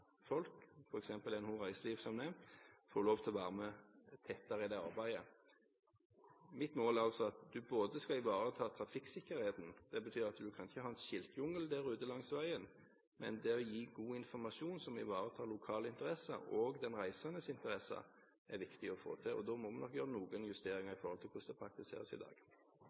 Reiseliv, som nevnt, får lov til å være tettere med i det arbeidet. Mitt mål er altså at en skal ivareta trafikksikkerheten. Det betyr at en ikke kan ha en skiltjungel langs veien. Men det å gi god informasjon som ivaretar lokale interesser og den reisendes interesser, er viktig å få til. Da må vi nok gjøre noen justeringer i forhold til hvordan det praktiseres i dag.